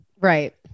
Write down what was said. Right